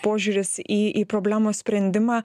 požiūris į į problemos sprendimą